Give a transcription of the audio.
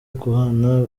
guhana